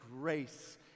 grace